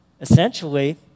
Essentially